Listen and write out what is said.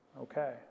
Okay